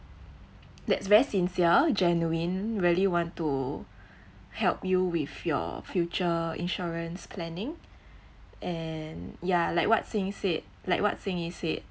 that's very sincere genuine really want to help you with your future insurance planning and ya like what xing said like what xing yi said